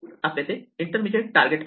आपले ते intermediate target आहे